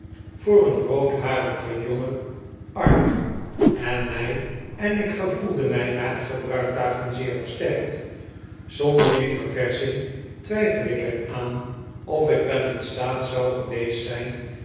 voor een roodharigen jongen arme en mij en ik gevoelde mij na t gebruik daarvan zeer versterkt zonder die verversching twijfel ik er aan of ik wel in staat zou geweest zijn